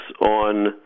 on